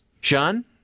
Sean